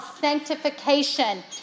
sanctification